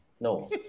no